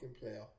player